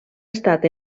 estat